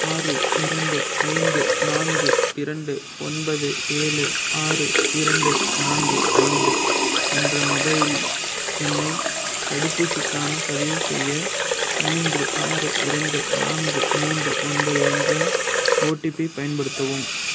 ஆறு இரண்டு ஐந்து நான்கு இரண்டு ஒன்பது ஏழு ஆறு இரண்டு நான்கு ஐந்து என்ற மொபைல் எண்ணை தடுப்பூசிக்கான பதிவுசெய்ய மூன்று ஆறு இரண்டு நான்கு மூன்று ஒன்பது என்ற ஓடிபி பயன்படுத்தவும்